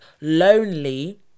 lonely